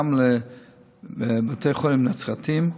גם לבתי חולים נצרתיים,